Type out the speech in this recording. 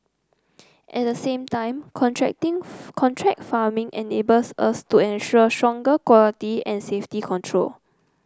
at the same time contracting contract farming enables us to ensure stronger quality and safety control